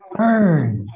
burn